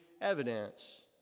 evidence